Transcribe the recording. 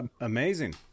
amazing